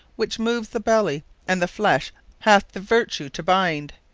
which moves the belly and the flesh hath the vertue to bind.